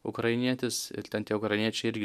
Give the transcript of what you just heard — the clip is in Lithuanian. ukrainietis ir ten tie ukraniečiai irgi